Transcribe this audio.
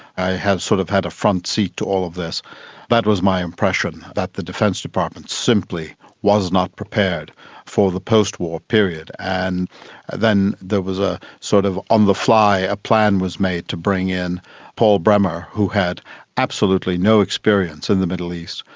i had sort of had a front seat to all of this and that was my impression, that the defence department simply was not prepared for the post-war period. and then there was a sort of, on the fly a plan was made to bring in paul bremer, who had absolutely no experience in the middle east,